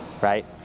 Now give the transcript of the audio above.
right